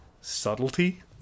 subtlety